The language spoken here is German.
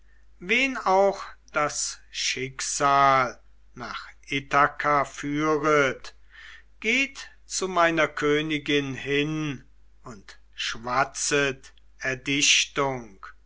wen auch das schicksal nach ithaka führet geht zu meiner königin hin und schwatzet erdichtung